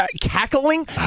Cackling